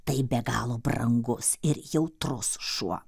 tai be galo brangus ir jautrus šuo